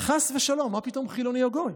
חס ושלום, מה פתאום חילוני או גוי.